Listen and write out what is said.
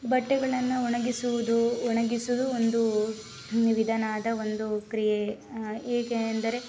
ಬಟ್ಟೆಗಳನ್ನು ಒಣಗಿಸುವುದು ಒಣಗಿಸುವುದು ಒಂದು ವಿಧವಾದ ಒಂದು ಕ್ರಿಯೆ ಹೇಗೆ ಎಂದರೆ